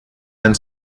and